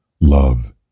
Love